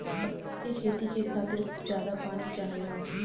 पटसन के खेती के खातिर जादा पानी चाहला